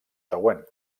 següent